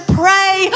pray